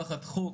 תחת חוק,